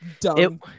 dumb